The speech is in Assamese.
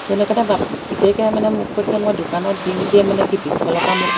তেনেকুৱাতে বাপ পিতেকে মানে মোক কৈছে মই দোকানত দিওঁতে মানে সি পিছফালৰ পৰা মোক